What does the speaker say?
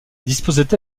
disposait